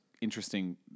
interesting